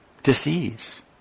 Disease